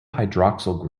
hydroxyl